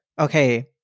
okay